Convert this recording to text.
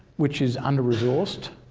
which is under-resourced.